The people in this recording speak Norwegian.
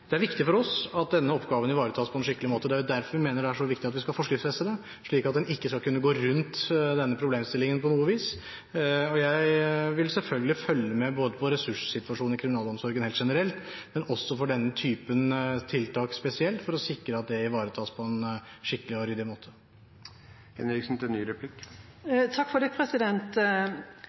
Det er viktig for oss at denne oppgaven ivaretas på en skikkelig måte. Det er derfor vi mener det er så viktig at vi skal forskriftsfeste det, slik at en ikke skal kunne gå rundt denne problemstillingen på noe vis. Jeg vil selvfølgelig følge med både på ressurssituasjonen i kriminalomsorgen helt generelt og også på den typen tiltak spesielt, for å sikre at det ivaretas på en skikkelig og ryddig måte. Det er to spørsmål jeg kunne tenke meg å stille i tillegg til dette. Det